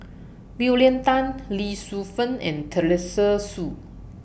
William Tan Lee Shu Fen and Teresa Hsu